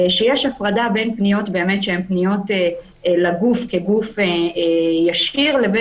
שיש הפרדה בין פניות שהן פניות לגוף כגוף ישיר לבין